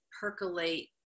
percolate